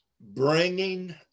bringing